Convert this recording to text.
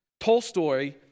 Tolstoy